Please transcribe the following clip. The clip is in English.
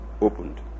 opened